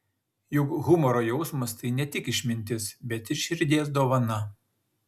juk humoro jausmas tai ne tik išmintis bet ir širdies dovana